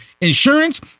insurance